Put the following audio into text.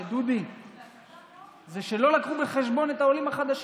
דודי, זה שלא לקחו בחשבון את העולים החדשים.